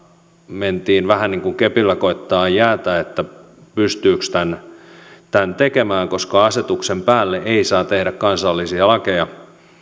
mentiin vähän niin kuin kepillä koettamaan jäätä että pystyykö tämän tekemään koska asetuksen päälle ei saa tehdä kansallisia lakeja